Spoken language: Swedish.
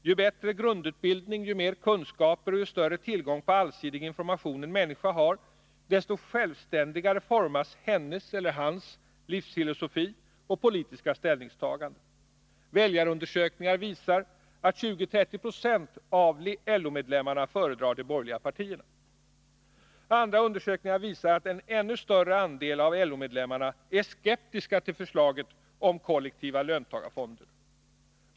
Ju bättre grundutbildning, ju mer kunskaper och ju större tillgång på allsidig information en människa har, desto självständigare formas hennes eller hans livsfilosofi och politiska ställningstagande. Väljarundersökningar visar att 20-30 20 av LO-medlemmarna föredrar de borgerliga partierna. Andra undersökningar visar att en ännu större andel av LO-medlemmarna är skeptiska till förslaget om kollektiva löntagarfonder.